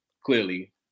clearly